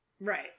Right